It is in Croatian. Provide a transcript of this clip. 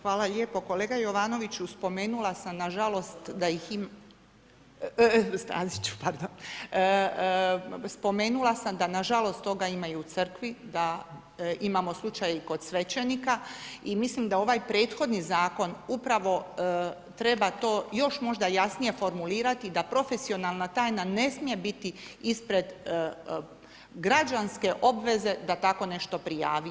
Hvala lijepo kolega, Jovanoviću, spomenula sam nažalost, da ih ima, Staziću, pardon, spomenula sam da nažalost toga ima i u crkvi, da imamo slučaj i kod svećenika i mislim da ovaj prethodni zakon, upravo treba to još možda jasnije formulirati, da profesionalna tajna ne smije biti ispred građanske obveze da tako nešto priljevi.